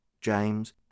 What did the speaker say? James